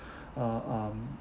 uh um